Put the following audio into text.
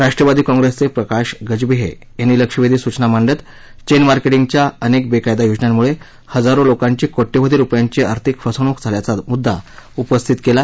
राष्ट्रवादी काँप्रेसचे प्रकाश गजभिये यांनी लक्षवेधी सूचना मांडत चेन मार्केटिंगच्या अनेक बेकायदा योजनांमुळे हजारो लोकांची कोट्यवधी रूपयांची आर्थिक फसवणूक झाल्याचा मुद्दा उपस्थित केला